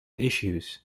issues